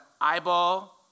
eyeball